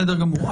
בסדר גמור.